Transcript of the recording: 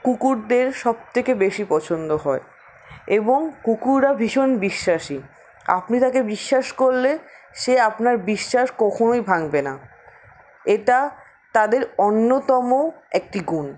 কুকুরদের সব থেকে বেশি পছন্দ হয় এবং কুকুররা ভীষণ বিশ্বাসী আপনি তাকে বিশ্বাস করলে সে আপনার বিশ্বাস কখনোই ভাঙবে না এটা তাদের অন্যতম একটি গুণ